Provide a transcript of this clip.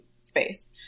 space